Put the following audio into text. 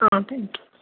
ah thank you